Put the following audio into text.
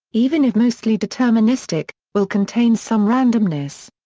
even if mostly deterministic, will contain some randomness.